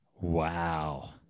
Wow